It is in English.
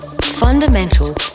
Fundamental